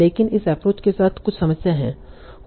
लेकिन इस एप्रोच के साथ कुछ समस्याएं हैं